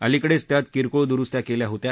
अलीकडेच त्यात किरकोळ दुरुस्त्या केल्या होत्या